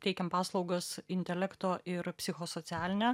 teikiam paslaugas intelekto ir psichosocialinę